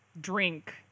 drink